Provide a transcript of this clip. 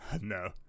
No